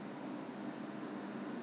不懂几百块忘记了